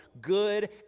good